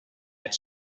het